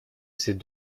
ses